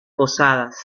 posadas